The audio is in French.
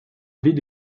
vide